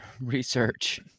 research